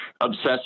obsessed